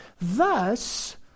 thus